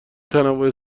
تنوع